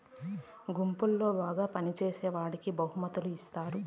గుంపులో బాగా పని చేసేవాడికి బహుమతులు ఇత్తారు